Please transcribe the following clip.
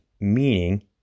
meaning